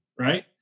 Right